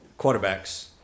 Quarterbacks